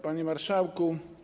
Panie Marszałku!